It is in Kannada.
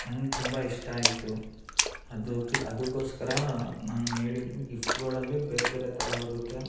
ನಂಗೆ ತುಂಬ ಇಷ್ಟ ಆಯಿತು ಅದು ಕ್ ಅದಕ್ಕೋಸ್ಕರ ನಾನು ಹೇಳಿದ್ದು ಗಿಫ್ಟ್ಗಳಲ್ಲಿ ಬೇರೆ ಬೇರೆ ಥರ ಬರುತ್ತೆ